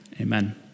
Amen